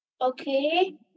Okay